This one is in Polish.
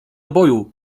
boju